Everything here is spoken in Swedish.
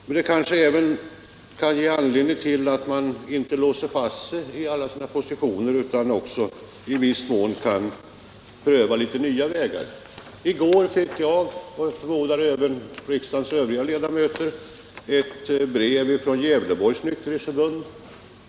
Det finns kanske också anledning att inte låsa fast sig i sina positioner, så att man inte i viss utsträckning kan pröva nya vägar. I går fick jag, och jag förmodar även riksdagens övriga ledamöter, ett brev från Gävleborgs nykterhetsförbund.